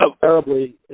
terribly